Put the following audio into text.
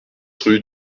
rue